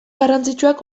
garrantzitsuak